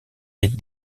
est